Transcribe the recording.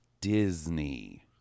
Disney